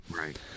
right